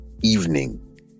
evening